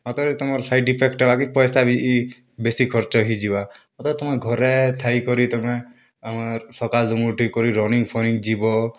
ମାତର୍ ତମର୍ side effect ହେବାକି ପଏସା ବି ଇ ବେଶୀ ଖର୍ଚ୍ଚ ହେଇଯିବା ତଥାପି ତମେ ଘରେ ଥାଇକରି ତମେ ଆମର୍ ସକାଳୁ ଧୁମ୍ ଉଠିକରି ରନିଂ ଫନିଙ୍ଗ୍ ଯିବ